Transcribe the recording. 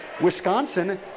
Wisconsin –